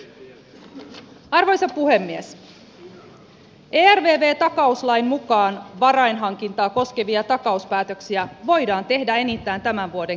ervv takauslain mukaan varainhankintaa koskevia takauspäätöksiä voidaan tehdä enintään tämän vuoden kesäkuun loppuun